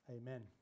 Amen